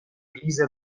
ریز